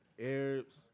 arabs